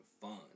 fun